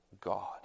God